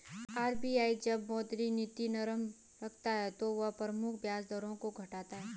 RBI जब मौद्रिक नीति नरम रखता है तो वह प्रमुख ब्याज दरों को घटाता है